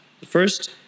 first